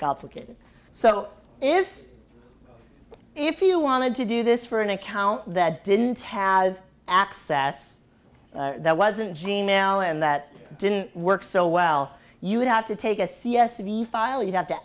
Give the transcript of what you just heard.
complicated so if if you wanted to do this for an account that didn't have access that wasn't gene now and that didn't work so well you would have to take a c s v file you have to